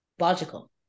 logical